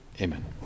Amen